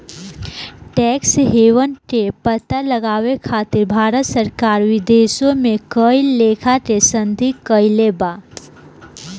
tax haven के पता लगावे खातिर भारत सरकार विदेशों में कई लेखा के संधि कईले बा